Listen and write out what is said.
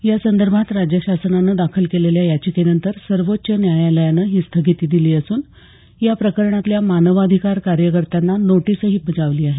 यासंदर्भात राज्यशासनानं दाखल केलेल्या याचिकेनंतर सर्वोच्च न्यायालयानं ही स्थगिती दिली असून या प्रकरणातल्या मानवाधिकार कार्यकर्त्यांना नोटीसही बजावली आहे